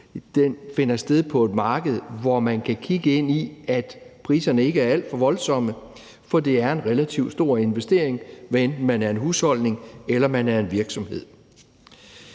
finder sted på et marked, hvor man kan kigge ind i, at priserne ikke er alt for voldsomme, for det er en relativt stor investering, hvad enten man er en husholdning, eller man er en virksomhed.